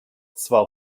zwar